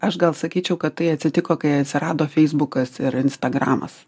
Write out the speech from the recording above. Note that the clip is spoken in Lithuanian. aš gal sakyčiau kad tai atsitiko kai atsirado feisbukas ir instagramas